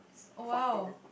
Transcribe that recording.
oh !wow!